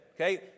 Okay